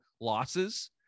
losses